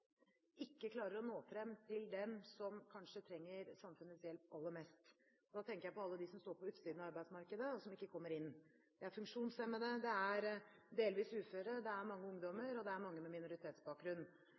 ikke klarer å nå frem til dem som kanskje trenger samfunnets hjelp aller mest. Da tenker jeg på alle dem som står på utsiden av arbeidsmarkedet, og som ikke kommer inn. Det er funksjonshemmede, det er delvis uføre, det er mange